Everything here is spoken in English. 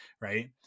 Right